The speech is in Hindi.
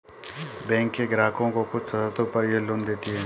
बैकें ग्राहकों को कुछ शर्तों पर यह लोन देतीं हैं